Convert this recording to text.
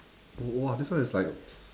!wah! this one is like